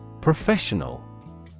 Professional